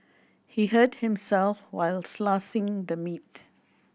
he hurt himself while slicing the meat